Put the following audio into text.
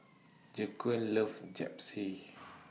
Jaquan loves Japchae